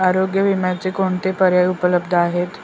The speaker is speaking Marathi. आरोग्य विम्याचे कोणते पर्याय उपलब्ध आहेत?